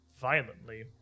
violently